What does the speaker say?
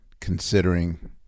considering